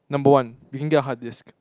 number one you can get a hard disk